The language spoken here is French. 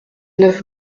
neuf